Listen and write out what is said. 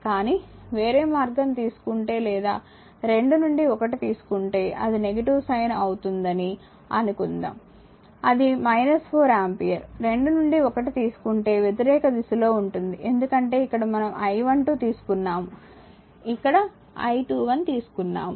కానీ వేరే మార్గం తీసుకుంటే లేదా 2 నుండి 1 తీసుకుంటే అది నెగటివ్ సైన్ అవుతుందని అనుకుందాం అది 4 ఆంపియర్ 2 నుండి 1 తీసుకుంటే వ్యతిరేక దిశలో ఉంటుంది ఎందుకంటే ఇక్కడ మనం I12 తీసుకున్నాము ఇక్కడ I21 తీసుకున్నాము